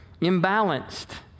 imbalanced